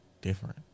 Different